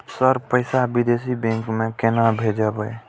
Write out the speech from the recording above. Sir पैसा विदेशी bank में केना भेजबे?